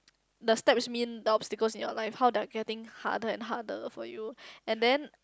the steps mean the obstacles in your life how they're getting harder and harder for you and then